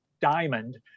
diamond